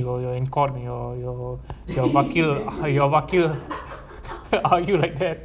you're you're in call and your your வக்கீலு:vakeelu your ஐயா வக்கீலு:iyaa vakeelu argue like that